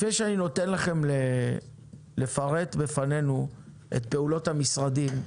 לפני שאני נותן לכם לפרט בפנינו את פעולות המשרדים,